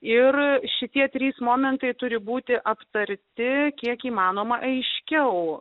ir šitie trys momentai turi būti aptarti kiek įmanoma aiškiau